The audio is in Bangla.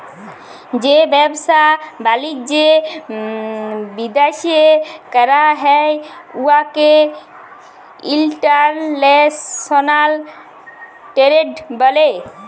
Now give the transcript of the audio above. যে ব্যবসা বালিজ্য বিদ্যাশে ক্যরা হ্যয় উয়াকে ইলটারল্যাশলাল টেরেড ব্যলে